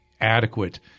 adequate